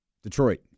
Detroit